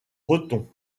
breton